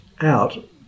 out